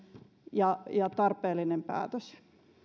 ja ja tarpeellinen päätös